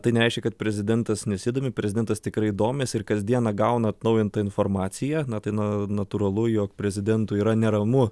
tai nereiškia kad prezidentas nesidomi prezidentas tikrai domisi ir kasdieną gauna atnaujintą informaciją na tai na natūralu jog prezidentui yra neramu